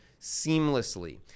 seamlessly